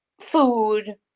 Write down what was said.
food